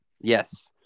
Yes